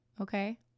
okay